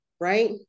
right